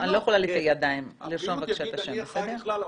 הבריאות יגיד: אני אחראי לכלל האוכלוסייה.